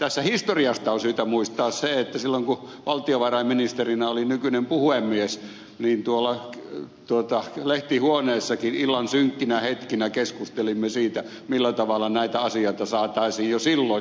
historiasta on syytä muistaa se että silloin kun valtiovarainministerinä oli nykyinen puhemies niin lehtihuoneessakin illan synkkinä hetkinä keskustelimme siitä millä tavalla näitä asioita saataisiin viriämään